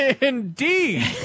indeed